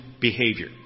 behavior